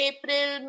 April